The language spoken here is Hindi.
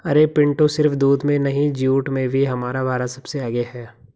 अरे पिंटू सिर्फ दूध में नहीं जूट में भी हमारा भारत सबसे आगे हैं